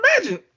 imagine